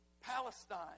palestine